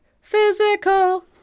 Physical